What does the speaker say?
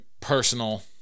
personal